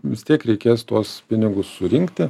vis tiek reikės tuos pinigus surinkti